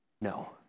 No